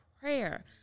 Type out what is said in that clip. prayer